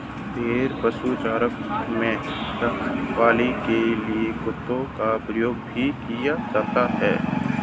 भेड़ पशुचारण में रखवाली के लिए कुत्तों का प्रयोग भी किया जाता है